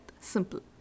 Simple